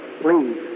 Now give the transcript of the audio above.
please